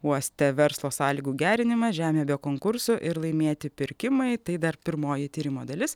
uoste verslo sąlygų gerinimas žemė be konkursų ir laimėti pirkimai tai dar pirmoji tyrimo dalis